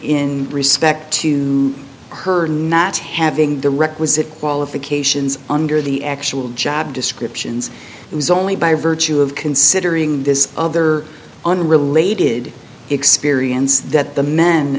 in respect to her not having the requisite qualifications under the actual job descriptions it was only by virtue of considering this other unrelated experience that the men